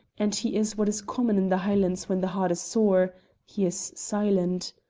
and he is what is common in the highlands when the heart is sore he is silent.